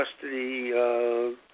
custody